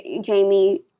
Jamie